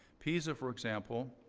pisa, for example,